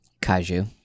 Kaiju